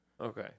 Okay